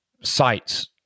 sites